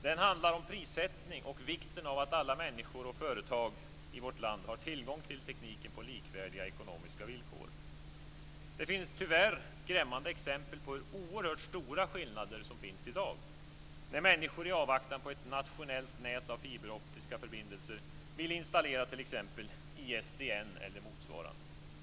Den handlar om prissättning och vikten av att alla människor och företag i vårt land har tillgång till tekniken på likvärdiga ekonomiska villkor. Det finns tyvärr skrämmande exempel på hur oerhört stora skillnader som finns i dag, när människor i avvaktan på ett nationellt nät av fiberoptiska förbindelser vill installera t.ex. ISDN eller motsvarande teknik.